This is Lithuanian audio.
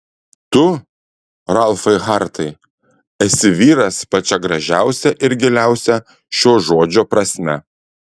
tu ralfai hartai esi vyras pačia gražiausia ir giliausia šio žodžio prasme